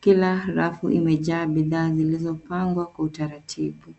Kila rafu imejaa bidhaa zilizopangwa kwa utaratibu.